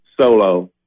solo